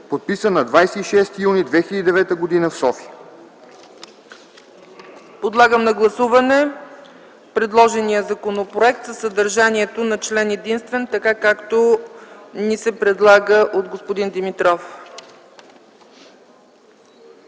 подписан на 26 юни 2009 г. в София.”